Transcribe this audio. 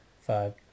five